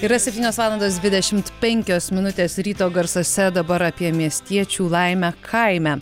yra septynios valandos dvidešimt penkios minutės ryto garsuose dabar apie miestiečių laimę kaime